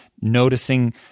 noticing